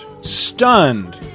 stunned